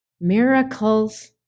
Miracles